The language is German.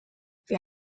wir